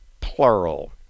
plural